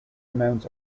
amounts